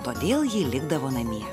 todėl ji likdavo namie